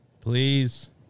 Please